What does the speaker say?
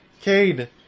Cade